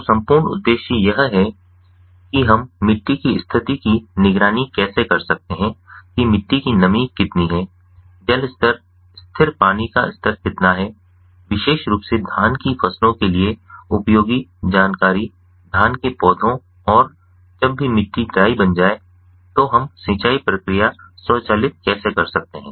तो संपूर्ण उद्देश्य यह है कि हम मिट्टी की स्थिति की निगरानी कैसे कर सकते हैं कि मिट्टी की नमी कितनी है जल स्तर स्थिर पानी का स्तर कितना है विशेष रूप से धान की फसलों के लिए उपयोगी जानकारी धान के पौधों और जब भी मिट्टी ड्राई बन जाए तो हम सिंचाई प्रक्रिया स्वचालित कैसे कर सकते हैं